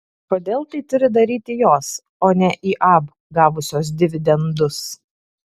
kodėl tai turi daryti jos o ne iab gavusios dividendus